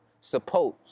Suppose